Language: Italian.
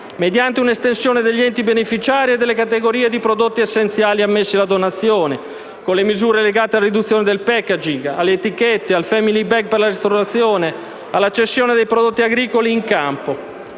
mediante un'estensione degli enti beneficiari e delle categorie di prodotti essenziali ammessi alla donazione, con le misure legate alla riduzione del *packaging*, alle etichette e al *family bag* per la ristorazione, alla cessione dei prodotti agricoli in campo.